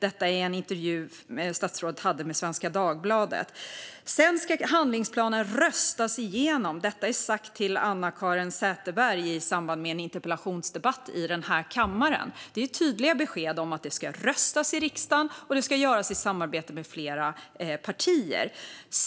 Detta sa hon i en intervju i Svenska Dagbladet. Sedan ska handlingsplanen röstas igenom, sade hon till Anna-Caren Sätherberg i samband med en interpellationsdebatt i den här kammaren. Det är tydliga besked om att det ska röstas i riksdagen och att det ska göras i samarbete med flera partier.